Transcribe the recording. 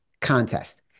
contest